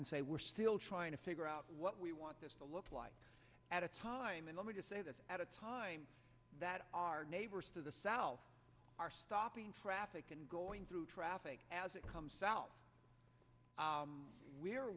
and say we're still trying to figure out what we want this to look like at a time and let me just say this at a time that our neighbors to the south are stopping for african going through traffic as it comes out we're